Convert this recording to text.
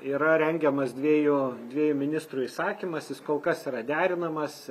yra rengiamas dviejų dviejų ministrų įsakymas jis kol kas yra derinamas